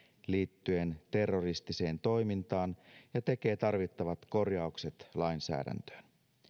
liittyen terroristiseen toimintaan ja tekee tarvittavat korjaukset lainsäädäntöön